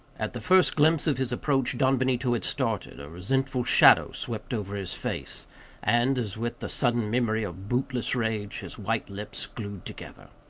at the first glimpse of his approach, don benito had started, a resentful shadow swept over his face and, as with the sudden memory of bootless rage, his white lips glued together.